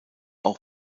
auch